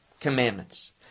commandments